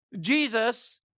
Jesus